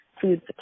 food